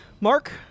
Mark